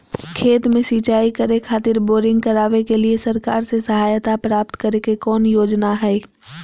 खेत में सिंचाई करे खातिर बोरिंग करावे के लिए सरकार से सहायता प्राप्त करें के कौन योजना हय?